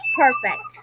perfect